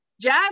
jazz